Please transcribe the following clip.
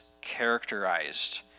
characterized